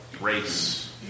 race